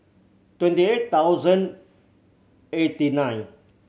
twenty eight thousand eighty nine